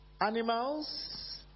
animals